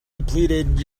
depleted